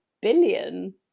billion